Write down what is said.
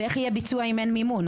ואיך יהיה ביצוע אם אין מימון.